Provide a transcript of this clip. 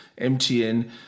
MTN